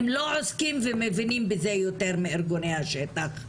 הם לא עוסקים ומבינים בזה יותר מארגוני השטח.